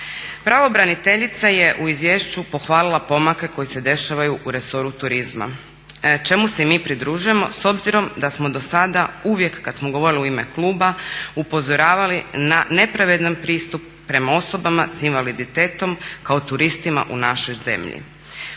Pravobraniteljica je u izvješću pohvalila pomake koji se dešavaju u resoru turizma čemu se i mi pridružujemo s obzirom da smo do sada uvijek kada smo govorili u ime kluba upozoravali na nepravedan pristup prema osobama s invaliditetom kao turistima u našoj zemlji